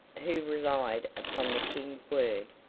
who relied upon the king's word,